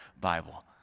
bible